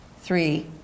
Three